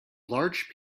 large